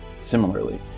similarly